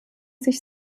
sich